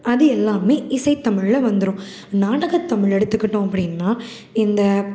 அது எல்லாம் இசைத்தமிழில் வந்துடும் நாடகத்தமிழ் எடுத்துகிட்டோம் அப்படின்னா இந்த